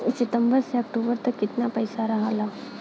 सितंबर से अक्टूबर तक कितना पैसा रहल ह?